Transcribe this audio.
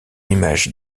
image